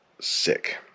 sick